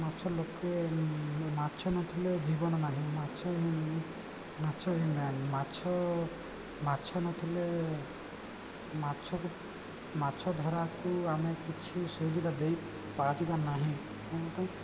ମାଛ ଲୋକେ ମାଛ ନଥିଲେ ଜୀବନ ନାହିଁ ମାଛ ମାଛ ମାଛ ମାଛ ନଥିଲେ ମାଛକୁ ମାଛ ଧରାକୁ ଆମେ କିଛି ସୁବିଧା ଦେଇପାରିବା ନାହିଁ କ'ଣ ପାଇଁ